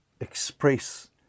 express